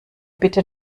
bitte